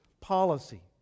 policy